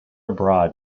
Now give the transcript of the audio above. abroad